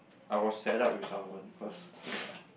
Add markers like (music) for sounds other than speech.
I was set up with some one cause (breath)